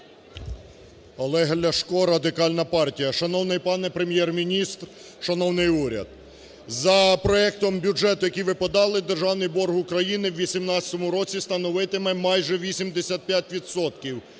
Олег Ляшко, Радикальна партія. Шановний пане Прем'єр-міністр, шановний уряд, за проектом бюджету, який ви подали, державний борг України в 2018 році становитиме майже 85